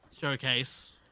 showcase